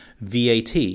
VAT